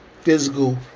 physical